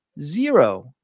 zero